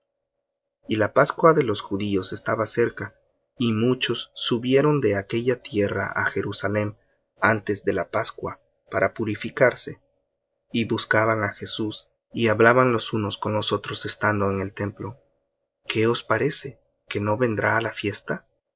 y la pascua de los judíos estaba cerca y muchos subieron de aquella tierra á jerusalem antes de la pascua para purificarse y buscaban á jesús y hablaban los unos con los otros estando en el templo qué os parece que no vendrá á la fiesta